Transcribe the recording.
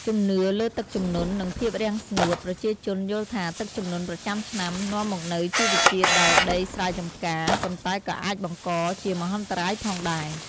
ជំនឿលើទឹកជំនន់ និងភាពរាំងស្ងួត ប្រជាជនយល់ថាទឹកជំនន់ប្រចាំឆ្នាំនាំមកនូវជីជាតិដល់ដីស្រែចម្ការ ប៉ុន្តែក៏អាចបង្កជាមហន្តរាយផងដែរ។